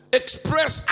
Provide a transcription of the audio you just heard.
express